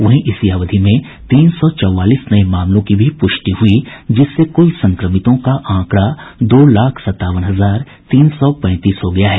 वहीं इसी अवधि में तीन सौ चौवालीस नये मामलों की भी पुष्टि हई जिससे कूल संक्रमितों का आंकड़ा दो लाख सत्तावन हजार तीन सौ पैंतीस हो गया है